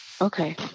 Okay